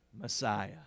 Messiah